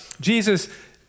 Jesus